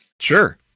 Sure